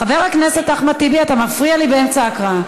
חבר הכנסת אחמד טיבי, אתה מפריע לי באמצע ההקראה.